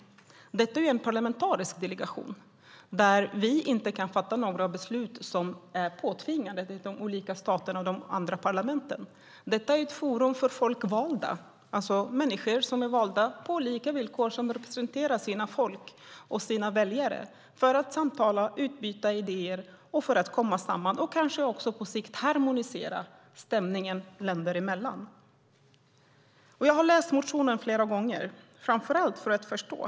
Detta är ju en parlamentarisk delegation där vi inte kan fatta några beslut som är tvingande för staterna och parlamenten. Detta är ett forum för folkvalda, alltså människor som är valda på lika villkor och som representerar sina folk och sina väljare. De samtalar, utbyter idéer och kommer samman, och på sikt kanske de också harmoniserar stämningen länder emellan. Jag har läst motionen flera gånger, framför allt för att förstå den.